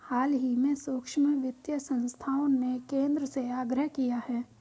हाल ही में सूक्ष्म वित्त संस्थाओं ने केंद्र से आग्रह किया है